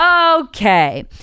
okay